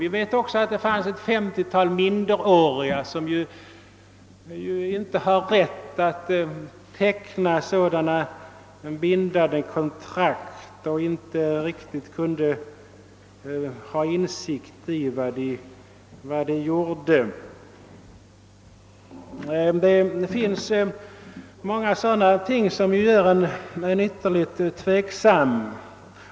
Vi vet också att det fanns ett femtiotal minderåriga som ju inte hade rätt att teckna sådana bindande kontrakt och inte riktigt kunde inse vad de gjorde. Det finns många sådana ting som gör en ytterligt tveksam.